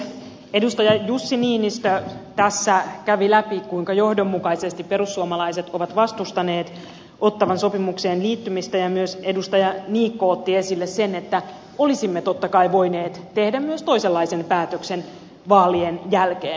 edustaja jussi niinistö tässä kävi läpi sitä kuinka johdonmukaisesti perussuomalaiset ovat vastustaneet ottawan sopimukseen liittymistä ja myös edustaja niikko otti esille sen että olisimme totta kai voineet tehdä myös toisenlaisen päätöksen vaalien jälkeen